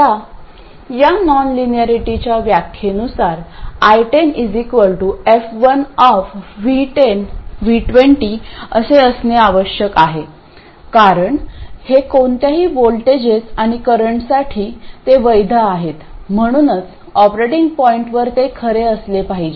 आता या नॉनलिनियरिटीच्या व्याख्येनुसार I10 f1V10V20 असे असणे आवश्यक आहे कारण हे कोणत्याही व्होल्टेजेस आणि करंटसाठी ते वैध आहेत म्हणूनच ऑपरेटिंग पॉईंटवर ते खरे असले पाहिजे